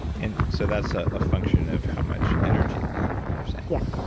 and so that's ah a function of how much energy we have you're saying yeah,